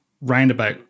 roundabout